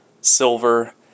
silver